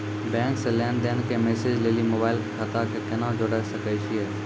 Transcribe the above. Bank से लेंन देंन के मैसेज लेली मोबाइल के खाता के केना जोड़े सकय छियै?